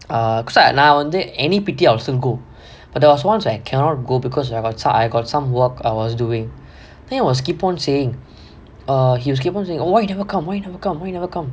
ah நா வந்து:naa vanthu any P_T I will still go but there was once I cannot go because I got some I got some work I was doing then he keep on saying err why you never come why you never come